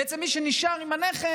בעצם מי שנשאר עם הנכס,